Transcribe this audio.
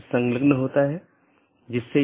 चौथा वैकल्पिक गैर संक्रमणीय विशेषता है